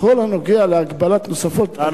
בכל הנוגע להגבלות נוספות על העובד הזר,